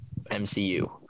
MCU